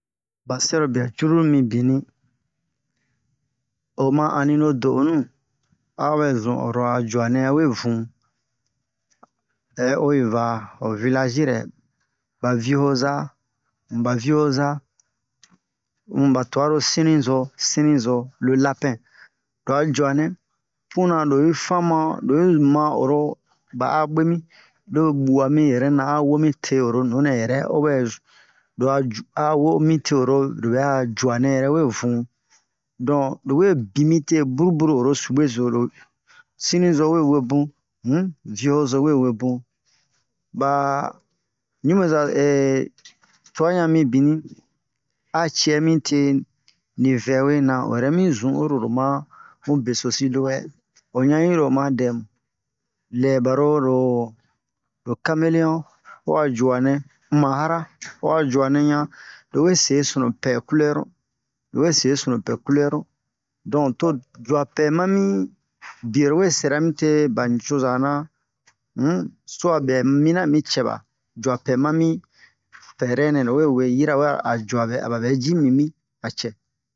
ba sɛrojua vruru mibin o ma ani no do'onu a'o bɛ zun oro a juanɛ we vun hɛ oyi va ho vilagirɛ va vio'oza ba vio'oza um ba tu'a ro sinizo sinizo lo lapin lo a juanɛ puna lo yi famu'a lo yi ma oro ba'a bwe mi lo bu'a mi yɛrɛ na a womi te oro nunɛ yɛrɛ o bɛ lo a ju a wo mite oro lo bɛ'a juanɛ yɛrɛ we vun don lo we bimi te buru'buru oro subwe zo lo sinizo we webun um vio'ozo we webun ba ɲubeza tua yan mibini a cɛ mi te ni vɛwe na o yɛrɛ mi zun oro lo ma bun besosi lowɛ o yan iro oma dɛ mu lɛ baro lo lo kamele'on ho a juanɛ uma'ara ho a juanɛ yan lo we se sunu pɛ culɛru lo we se sunu pɛ culɛru don to jua pɛ ma mi bio lo we sɛra mi te ba nicoza na um suwa bɛ mina a mi cɛba jua pɛ ma mi fɛrɛ nɛ lo we we yirawe a jua a ba bɛ ji mimi a cɛ